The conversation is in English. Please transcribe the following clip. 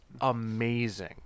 amazing